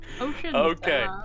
Okay